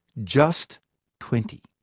just twenty.